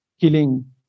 killing